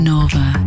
Nova